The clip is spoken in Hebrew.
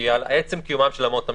עצם קיומן של אמות המידה.